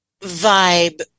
vibe